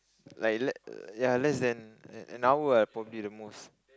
like le~ ya less than an hour probably the most